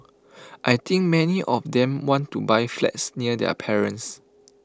I think many of them want to buy flats near their parents